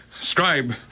Scribe